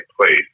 place